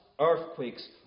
Earthquakes